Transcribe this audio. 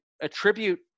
attribute